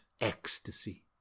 ecstasy